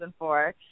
2004